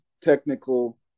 technical